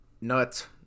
nuts